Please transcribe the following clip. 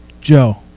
Joe